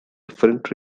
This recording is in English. different